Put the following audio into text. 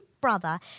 brother